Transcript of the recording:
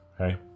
Okay